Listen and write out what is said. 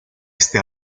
este